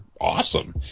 awesome